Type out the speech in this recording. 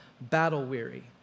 battle-weary